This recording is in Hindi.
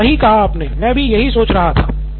प्रोफेसर सही कहा आपने मैं भी यही सोच रहा था